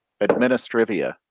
administrivia